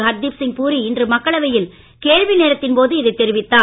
ஹர்தீப் சிங் பூரி இன்று மக்களவையில் கேள்வி நேரத்தின் போது இதை தெரிவித்தார்